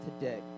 today